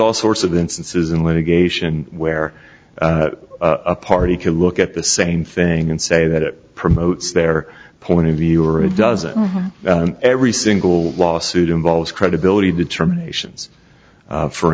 all sorts of instances in litigation where a party can look at the same thing and say that it promotes their point of view or it doesn't every single lawsuit involves credibility determinations for